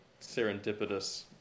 serendipitous